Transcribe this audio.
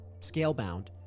Scalebound